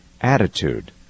attitude